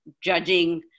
judging